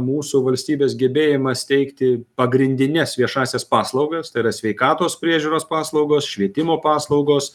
mūsų valstybės gebėjimas teikti pagrindines viešąsias paslaugas tai yra sveikatos priežiūros paslaugos švietimo paslaugos